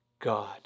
God